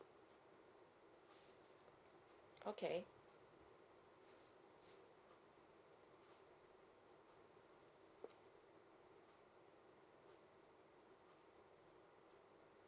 okay